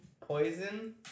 poison